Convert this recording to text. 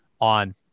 on